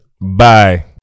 Bye